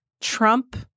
Trump